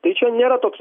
tai čia nėra toks